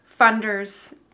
funders